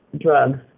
drugs